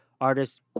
artists